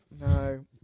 No